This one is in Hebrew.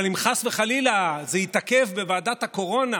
אבל אם חס וחלילה זה יתעכב בוועדת הקורונה,